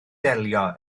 delio